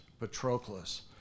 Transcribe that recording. Patroclus